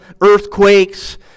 earthquakes